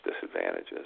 disadvantages